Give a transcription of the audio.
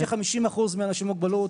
אנחנו יודעים ש-50% מהאנשים עם מוגבלות,